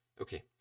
okay